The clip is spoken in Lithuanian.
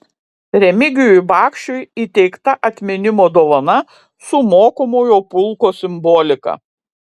remigijui bakšiui įteikta atminimo dovana su mokomojo pulko simbolika